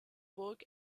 burg